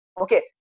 okay